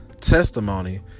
testimony